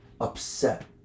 upset